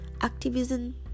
activism